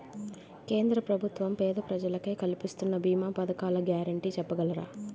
కేంద్ర ప్రభుత్వం పేద ప్రజలకై కలిపిస్తున్న భీమా పథకాల గ్యారంటీ చెప్పగలరా?